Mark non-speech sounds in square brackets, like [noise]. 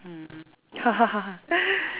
mm [laughs]